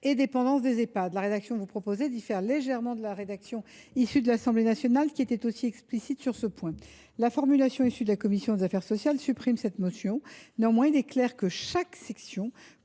dépendance des Ehpad. La rédaction que vous proposez diffère légèrement de la rédaction issue de l’Assemblée nationale, qui était aussi explicite sur ce point. La formulation issue des travaux de la commission des affaires sociales supprime cette notion. Néanmoins, il est clair que chaque section